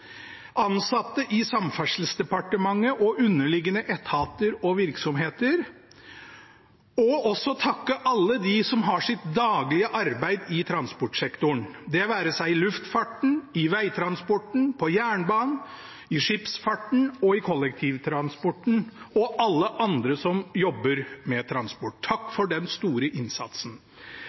ansatte i Samferdselsdepartementet og underliggende etater og virksomheter. Jeg vil også takke alle dem som har sitt daglige arbeid i transportsektoren – det være seg i luftfarten, i vegtransporten, på jernbanen, i skipsfarten eller i kollektivtransporten, og alle andre som jobber med transport. Takk for den store innsatsen.